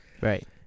Right